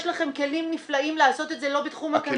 יש לכם כלים נפלאים לעשות את זה לא בתחום הקנאביס.